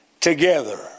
together